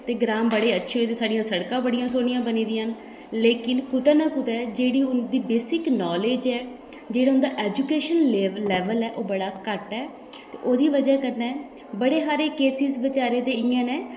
ते ग्रांऽ बड़े अच्छे होई दे साढ़ियां सड़कां बड़ियां सोनियां बनी दियां न लेकिन कुतै ना कुतै जेह्ड़ी उं'दी बेसिक नालेज ऐ जेह्ड़ा उं'दा एजुकेशनल लेव लैवल ऐ ओह् बड़ा घट्ट ऐ ते ओह्दी बजह् कन्नै बड़े हारे केसिस बचैरे ते इ'यां न